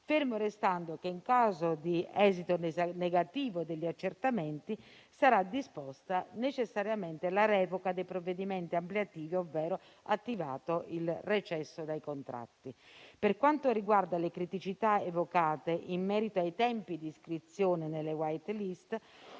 fermo restando che in caso di esito negativo degli accertamenti sarà disposta necessariamente la revoca dei provvedimenti ampliativi, ovvero attivato il recesso dai contratti. Per quanto riguarda le criticità evocate in merito ai tempi di iscrizione nelle *white list*,